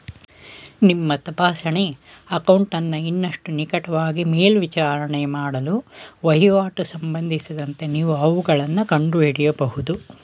ನಿಮ್ಮ ತಪಾಸಣೆ ಅಕೌಂಟನ್ನ ಇನ್ನಷ್ಟು ನಿಕಟವಾಗಿ ಮೇಲ್ವಿಚಾರಣೆ ಮಾಡಲು ವಹಿವಾಟು ಸಂಬಂಧಿಸಿದಂತೆ ನೀವು ಅವುಗಳನ್ನ ಕಂಡುಹಿಡಿಯಬಹುದು